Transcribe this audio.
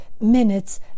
minutes